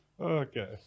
okay